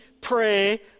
pray